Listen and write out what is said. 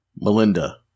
Melinda